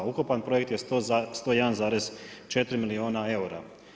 Ukupan projekt je 101, 4 milijuna eura.